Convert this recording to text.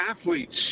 athletes